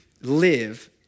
live